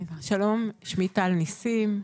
שלום, שמי טל ניסים,